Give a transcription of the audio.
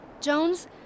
Jones